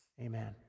Amen